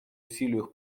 усилиях